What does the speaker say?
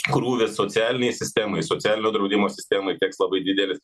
krūvis socialinėj sistemoj socialinio draudimo sistemai teks labai didelis